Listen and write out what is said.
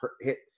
hit